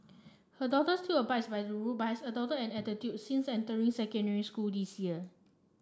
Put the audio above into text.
her daughter still abides by the rule but has adopted an attitude since entering secondary school this year